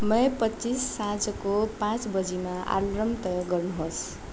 मे पच्चिस साँझको पाँच बजीमा अलार्म तय गर्नुहोस्